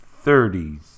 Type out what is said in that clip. thirties